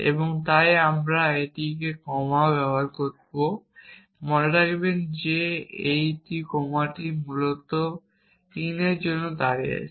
এবং তাই আমরা এখানে একটি কমাও ব্যবহার করব মনে রাখবেন যে এই কোমাটি মূলত in এর জন্য দাঁড়িয়েছে